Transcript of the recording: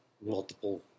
multiple